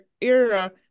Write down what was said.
era